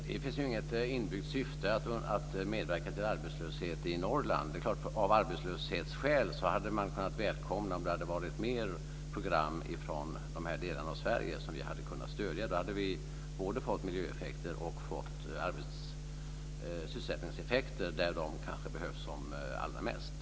Fru talman! Det finns ju inget inbyggt syfte att medverka till arbetslöshet i Norrland. Det är klart att av arbetslöshetsskäl hade man kunnat välkomna att det hade varit fler program från de här delarna av Sverige som vi hade kunnat stödja. Då hade man både fått miljöeffekter och sysselsättningseffekter där de kanske behövs allra mest.